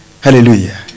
hallelujah